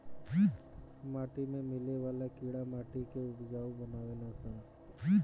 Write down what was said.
माटी में मिले वाला कीड़ा माटी के उपजाऊ बानावे लन सन